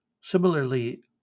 Similarly